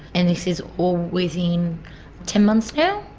and this is all within ten months now.